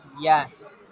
Yes